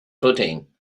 footing